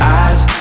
eyes